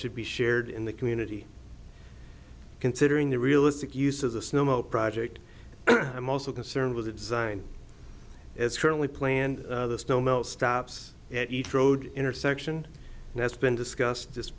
should be shared in the community considering the realistic use as a snowmobile project i'm also concerned with the design as currently planned the snow melt stops at each road intersection and has been discussed this